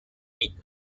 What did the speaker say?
mid